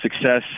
success